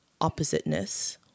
oppositeness